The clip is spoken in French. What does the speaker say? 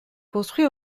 construit